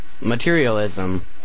materialism